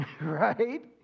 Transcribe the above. right